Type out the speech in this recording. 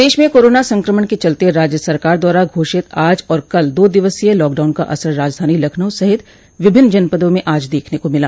प्रदेश में कोरोना संक्रमण के चलते राज्य सरकार द्वारा घोषित आज और कल दो दिवसीय लॉकडाउन का असर राजधानी लखनऊ सहित विभिन्न जनपदों में आज देखने को मिला